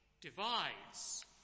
divides